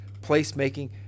placemaking